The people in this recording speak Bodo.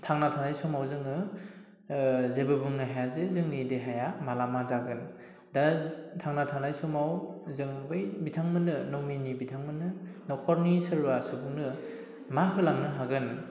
थांना थानाय समाव जोङो जेबो बुंनो हाया जे जोंनि देहाया माला मा जागोन दा थांना थानाय समाव जों बै बिथांमोननो नमिनि बिथांमोननो न'खरनि सोरबा सुबुंनो मा होलांनो हागोन